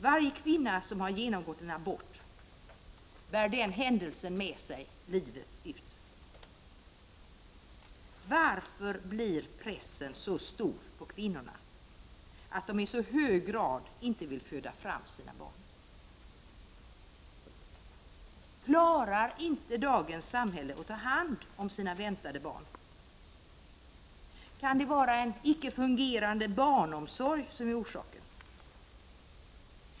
Varje kvinna som genomgått en abort bär den händelsen med sig livet ut. Varför blir pressen så stor på kvinnorna att de i så hög grad inte vill föda fram sina barn? Klarar inte dagens samhälle att ta hand om sina väntade barn? Kan det vara en icke fungerande barnomsorg som är orsaken?